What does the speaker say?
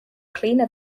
cleaner